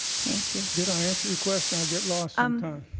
thank you. did i answer your question? i get lost and